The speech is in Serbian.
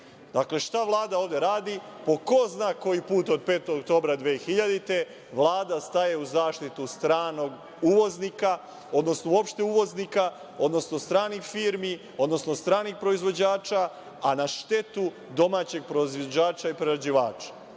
kafe. Dakle, šta Vlada ovde radi? Po ko zna koji put od 5. oktobra 2000. godine Vlada staje u zaštitu stranog uvoznika, odnosno uopšte uvoznika, odnosno stranih firmi, odnosno stranih proizvođača, a na štetu domaćeg proizvođača i prerađivača.